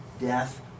death